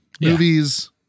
movies